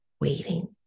waiting